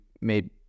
made